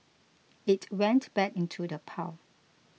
it went back into the pile